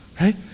right